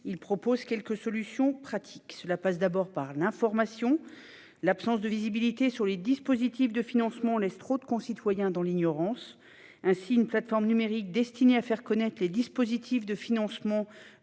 par quelques solutions pratiques. Cela passe d'abord par l'information. L'absence de visibilité des dispositifs de financement laisse trop de nos concitoyens dans l'ignorance. Aussi sera mise en place une plateforme numérique, destinée à faire connaître les dispositifs de financement